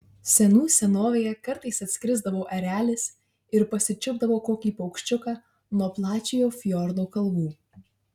senų senovėje kartais atskrisdavo erelis ir pasičiupdavo kokį paukščiuką nuo plačiojo fjordo kalvų